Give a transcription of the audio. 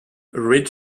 ridge